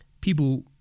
people